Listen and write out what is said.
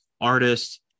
artists